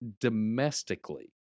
domestically